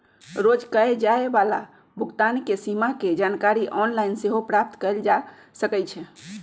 रोज कये जाय वला भुगतान के सीमा के जानकारी ऑनलाइन सेहो प्राप्त कएल जा सकइ छै